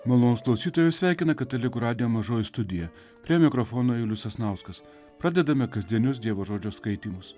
malonūs klausytojai jūs sveikina katalikų radijo mažoji studijas prie mikrofono julius sasnauskas pradedame kasdienius dievo žodžio skaitymus